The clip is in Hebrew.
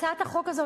הצעת החוק הזאת,